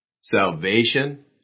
Salvation